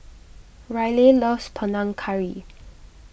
Ryleigh loves Panang Curry